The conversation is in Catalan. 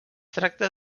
tracta